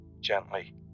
gently